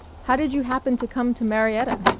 how did you happen to come to marietta?